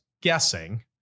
guessing